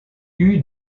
eut